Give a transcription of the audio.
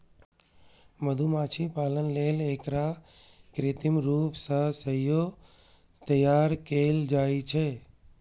मधुमाछी पालन लेल एकरा कृत्रिम रूप सं सेहो तैयार कैल जाइ छै